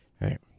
right